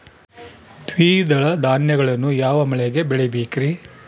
ದ್ವಿದಳ ಧಾನ್ಯಗಳನ್ನು ಯಾವ ಮಳೆಗೆ ಬೆಳಿಬೇಕ್ರಿ?